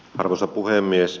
arvoisa puhemies